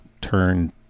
turn